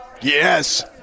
Yes